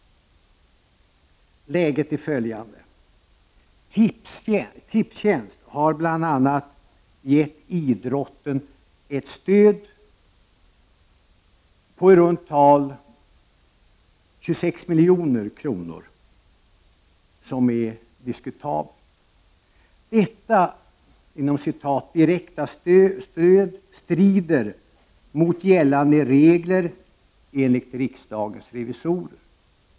Läget är följande: Tipstjänst har bl.a. gett idrotten ett stöd med i runda tal 26 milj.kr. vilket är diskutabelt. Detta ”direkta” stöd strider mot gällande regler enligt riksda gens revisorer.